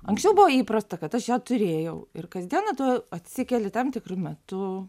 anksčiau buvo įprasta kad aš ją turėjau ir kasdieną tu atsikeli tam tikru metu